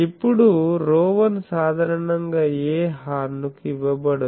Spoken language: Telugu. ఇప్పుడు ρ1 సాధారణంగా ఏ హార్న్ కు ఇవ్వబడదు